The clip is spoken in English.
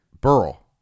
Burl